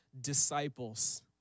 disciples